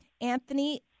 anthony